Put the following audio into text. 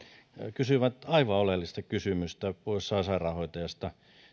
kysyivät aivan oleellista kysymystä sairaanhoitajista